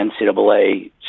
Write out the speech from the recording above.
NCAA